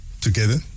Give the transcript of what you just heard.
together